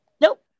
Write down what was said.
Nope